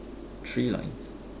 three lines